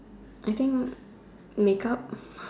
I think make up